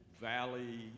valley